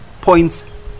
points